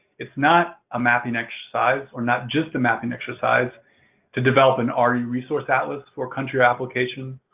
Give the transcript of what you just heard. it's not a mapping exercise, or not just a mapping exercise to develop an ah re resource atlas for country applications,